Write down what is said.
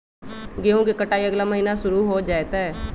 गेहूं के कटाई अगला महीना शुरू हो जयतय